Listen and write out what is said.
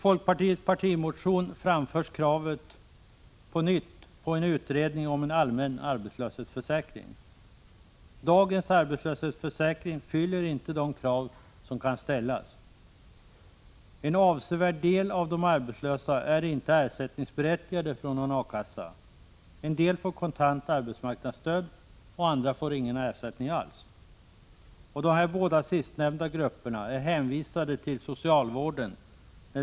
I folkpartiets partimotion framförs på nytt kravet på en utredning i vad gäller en allmän arbetslöshetsförsäkring. Dagens arbetslöshetsförsäkring fyller nämligen inte de krav som man bör kunna ställa på denna. En avsevärd andel arbetslösa är inte berättigade till ersättning från A-kassa. En del arbetslösa får kontant arbetsmarknadsstöd, andra får ingen ersättning alls. De sistnämnda grupperna är hänvisade till socialvården.